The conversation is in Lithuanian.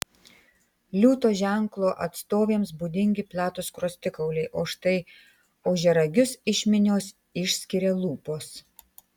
liūto ženklo atstovėms būdingi platūs skruostikauliai o štai ožiaragius iš minios išskiria lūpos